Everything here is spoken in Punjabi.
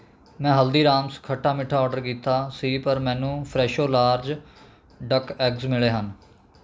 ਮੈਂ ਹਲਦੀਰਾਮਸ ਖੱਟਾ ਮੀਠਾ ਆਰਡਰ ਕੀਤਾ ਸੀ ਪਰ ਮੈਨੂੰ ਫਰੈਸ਼ੋ ਲਾਰਜ ਡੱਕ ਐਗਜ਼ ਮਿਲੇ ਹਨ